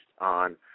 on